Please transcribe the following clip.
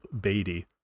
Beatty